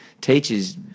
teachers